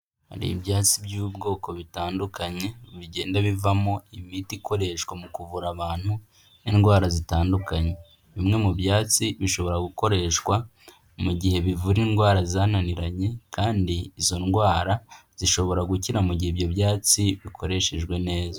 Hari ibyatsi by'ubwoko bitandukanye bigenda bivamo imiti ikoreshwa mu kuvura abantu indwara zitandukanye. Bimwe mu byatsi bishobora gukoreshwa mu gihe bivura indwara zananiranye kandi izo ndwara zishobora gukira mu gihe ibyo byatsi bikoreshejwe neza.